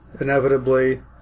inevitably